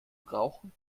rauchen